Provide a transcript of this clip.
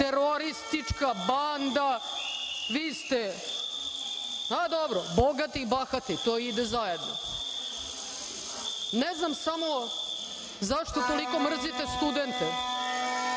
teroristička banda. Vi ste, pa dobro, bogati i bahati. To ide zajedno. Ne znam samo zašto toliko mrzite studente.